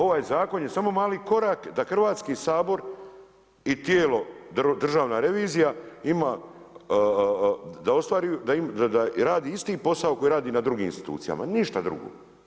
Ovaj zakon je samo mali korak da Hrvatski sabor i tijelo državna revizija ima da radi isti posao koji radi na drugim institucijama, ništa drugo.